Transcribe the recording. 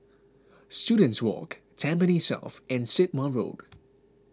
Students Walk Tampines South and Sit Wah Road